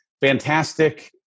fantastic